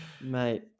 Mate